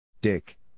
Dick